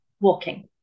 walking